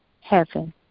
heaven